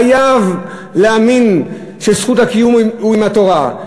חייב להאמין שזכות הקיום היא עם התורה,